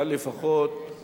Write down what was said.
אבל לפחות,